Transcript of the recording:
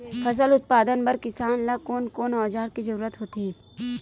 फसल उत्पादन बर किसान ला कोन कोन औजार के जरूरत होथे?